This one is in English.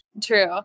True